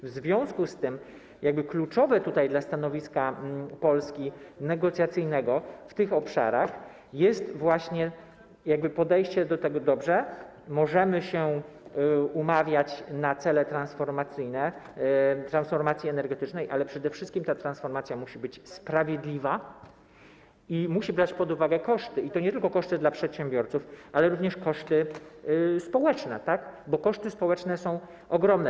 W związku z tym kluczowe tutaj dla negocjacyjnego stanowiska Polski w tych obszarach jest właśnie takie podejście do tego: dobrze, możemy się umawiać na cele transformacyjne, transformacji energetycznej, ale przede wszystkim ta transformacja musi być sprawiedliwa i musi brać pod uwagę koszty, i to nie tylko koszty dla przedsiębiorców, ale również koszty społeczne, bo koszty społeczne są ogromne.